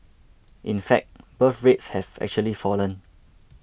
in fact birth rates have actually fallen